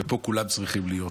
ופה כולם צריכים להיות.